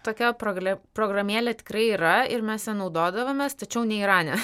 tokia progle programėlė tikrai yra ir mes ja naudodavomės tačiau ne irane